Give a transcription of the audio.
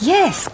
Yes